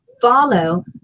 follow